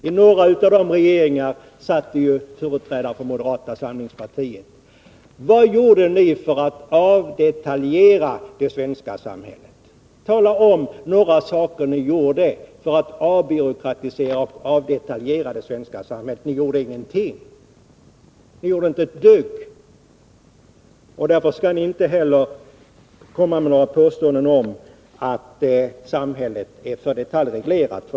I några av dessa regeringar satt företrädare för moderata samlingspartiet. Vad gjorde ni för att avbyråkratisera och ”avdetaljera” det svenska samhället? Ni gjorde ingenting, inte ett dugg, och därför skall ni inte heller komma med några påståenden om att samhället är för detaljreglerat.